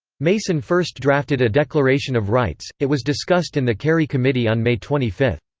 mason first drafted a declaration of rights it was discussed in the cary committee on may twenty five.